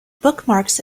bookmarks